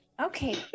okay